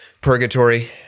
purgatory